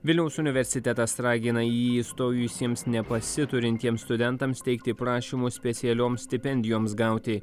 vilniaus universitetas ragina į jį įstojusiems nepasiturintiems studentams teikti prašymus specialioms stipendijoms gauti